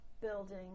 building